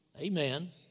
Amen